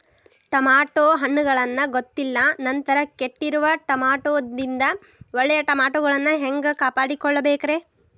Tomato ಹಣ್ಣುಗಳನ್ನ ಗೊತ್ತಿಲ್ಲ ನಂತರ ಕೆಟ್ಟಿರುವ ಟಮಾಟೊದಿಂದ ಒಳ್ಳೆಯ ಟಮಾಟೊಗಳನ್ನು ಹ್ಯಾಂಗ ಕಾಪಾಡಿಕೊಳ್ಳಬೇಕರೇ?